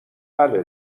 بله